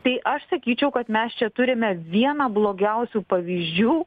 tai aš sakyčiau kad mes čia turime vieną blogiausių pavyzdžių